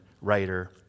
writer